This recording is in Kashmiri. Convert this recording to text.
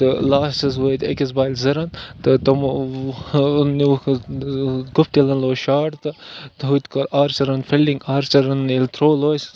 تہٕ لاسٹَس وٲتۍ أکِس بالہِ زٕ رَن تہٕ تِمو گُفتِلَن لوے شاٹ تہٕ ہُتہِ کوٚر آرچِرَن فِلڈِنٛگ آرچِرَن ییٚلہِ تھرٛوٗ لٲج